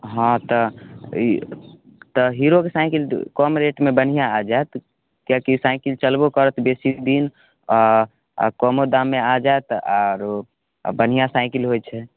हँ तऽ ई तऽ हीरोके साइकिल कम रेटमे बढ़िआँ आ जायत किआकि साइकिल चलबो करत बेसी दिन आ आ कमो दाममे आ जायत आरो बढ़िआँ साइकिल होइ छै